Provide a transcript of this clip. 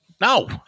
No